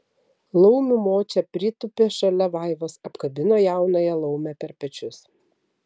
laumių močia pritūpė šalia vaivos apkabino jaunąją laumę per pečius